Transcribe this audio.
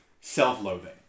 self-loathing